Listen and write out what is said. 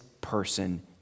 person